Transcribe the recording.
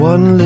One